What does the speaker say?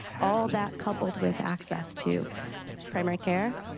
all of that coupled with access to primary care,